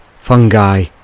fungi